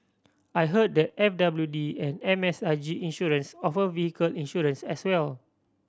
I heard that F W D and M S I G Insurance offer vehicle insurance as well